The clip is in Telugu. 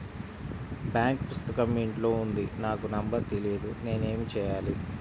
బాంక్ పుస్తకం ఇంట్లో ఉంది నాకు నంబర్ తెలియదు నేను ఏమి చెయ్యాలి?